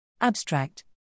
Abstract